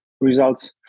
results